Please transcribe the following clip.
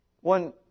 One